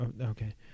Okay